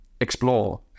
explore